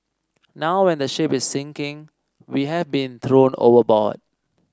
now when the ship is sinking we have been thrown overboard